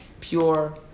Pure